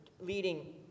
leading